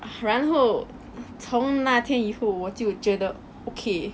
然后从那天以后我就觉得 okay